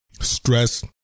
stress